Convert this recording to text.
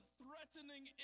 threatening